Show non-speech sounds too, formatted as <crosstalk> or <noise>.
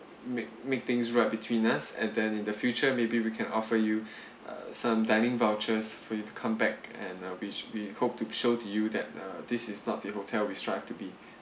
make make things right between us and then in the future maybe we can offer you <breath> uh some dining vouchers for you to come back and uh we we hope to show to you that uh this is not the hotel we strive to be